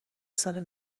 سال